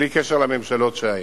בלי קשר לממשלות שהיו.